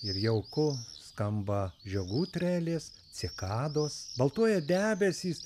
ir jauku skamba žiogų trelės cikados baltuoja debesys